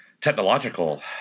technological